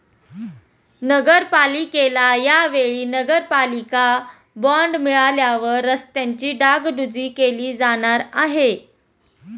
नगरपालिकेला या वेळी नगरपालिका बॉंड मिळाल्यावर रस्त्यांची डागडुजी केली जाणार आहे